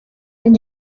and